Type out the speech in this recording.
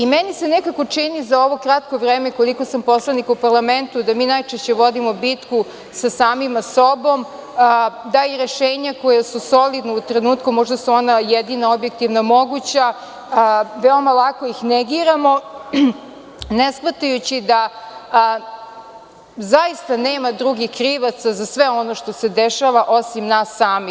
Meni se nekako čini za ovo kratko vreme koliko sam poslanik u parlamentu da mi najčešće vodimo bitku sa samim sobom, da i rešenja koja su solidna u trenutku možda su ona jedina objektivno moguća, veoma lako ih negiramo, ne shvatajući da zaista nema drugih krivaca za sve ono što se dešava osim nas samih.